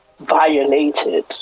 violated